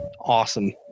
awesome